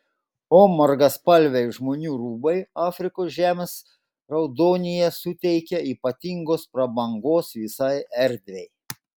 o margaspalviai žmonių rūbai afrikos žemės raudonyje suteikia ypatingos prabangos visai erdvei